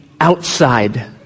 outside